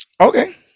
Okay